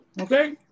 Okay